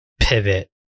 pivot